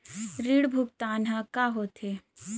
ऋण भुगतान ह का होथे?